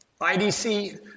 IDC